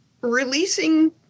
releasing